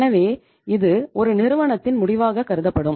எனவே இது ஒரு நிறுவனத்தின் முடிவாக கருதப்படும்